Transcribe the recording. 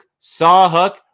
Sawhook